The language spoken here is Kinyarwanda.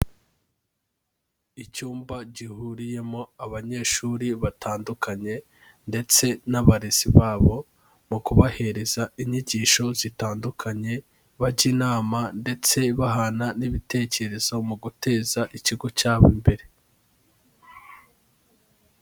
Icyumba gihuriyemo abanyeshuri batandukanye, ndetse n'abarezi babo mu kubahereza inyigisho zitandukanye, bajya inama ndetse bahana n'ibitekerezo mu guteza ikigo cyabo imbere.